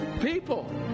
people